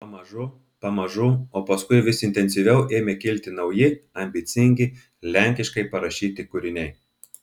pamažu pamažu o paskui vis intensyviau ėmė kilti nauji ambicingi lenkiškai parašyti kūriniai